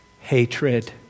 hatred